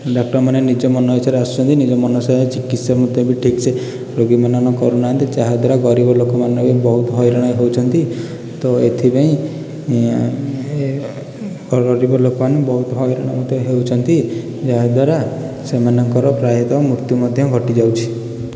ଡାକ୍ତରମାନେ ନିଜ ମନ ଇଚ୍ଛାରେ ଆସୁଛନ୍ତି ନିଜ ମନ ଇଚ୍ଛାରେ ଚିକିତ୍ସା ମଧ୍ୟ ଠିକ୍ ସେ ରୋଗୀମାନଙ୍କର କରୁନାହାଁନ୍ତି ଯାହା ଦ୍ୱାରା ଗରିବ ଲୋକମାନେ ବି ବହୁତ ହଇରାଣ ହେଉଛନ୍ତି ତ ଏଥିପାଇଁ ଗରିବ ଲୋକମାନେ ବହୁତ ହଇରାଣ ମଧ୍ୟ ହେଉଛନ୍ତି ଯାହା ଦ୍ୱାରା ସେମାନଙ୍କର ପ୍ରାୟତଃ ମୃତ୍ୟୁ ମଧ୍ୟ ଘଟି ଯାଉଛି